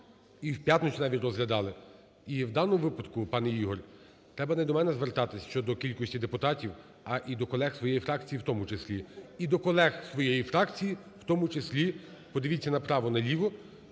і в п'ятницю навіть розглядали. І в даному випадку, пане Ігор, треба не до мене звертатись щодо кількості депутатів, а й до колег своєї фракції в тому числі. І до колег своєї фракції в тому числі, подивіться направо-наліво.